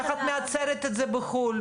איך את מייצרת את זה בחו"ל,